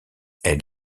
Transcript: elle